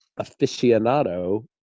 aficionado